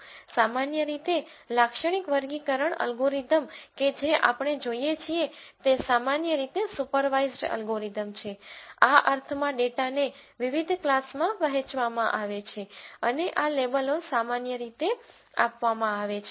સામાન્ય રીતે લાક્ષણિક વર્ગીકરણ એલ્ગોરિધમ કે જે આપણે જોઈએ છીએ તે સામાન્ય રીતે સુપરવાઇસ્ડ એલ્ગોરિધમ છે આ અર્થમાં ડેટાને વિવિધ ક્લાસમાં વહેંચવામાં આવે છે અને આ લેબલો સામાન્ય રીતે આપવામાં આવે છે